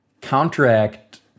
counteract